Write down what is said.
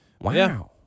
Wow